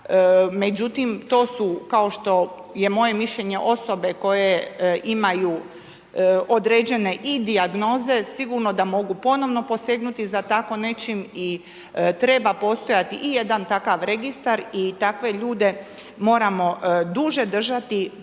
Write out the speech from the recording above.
Međutim, to su kao što je moje mišljenje osobe koje imaju određene i dijagnoze, sigurno da mogu ponovno posegnuti za tako nečim i treba postojati i jedan takav registar i takve ljude moramo duže držati